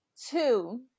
two